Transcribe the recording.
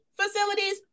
facilities